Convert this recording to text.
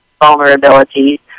vulnerabilities